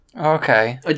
Okay